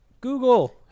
Google